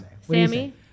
Sammy